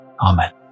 Amen